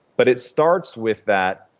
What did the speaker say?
but it starts with that,